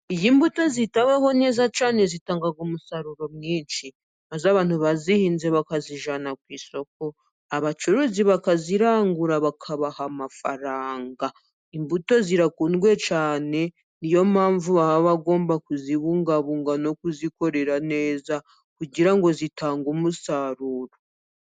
Iyo imbuto zitaweho neza cyane，zitanga umusaruro mwinshi，maze abantu bazihinze bakazijyana ku isoko， abacuruzi bakazirangura bakabaha amafaranga. Imbuto zirakunzwe cyane， niyo mpamvu baba bagomba kuzibungabunga no kuzikorera neza，kugira ngo zitange umusaruro.